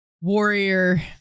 Warrior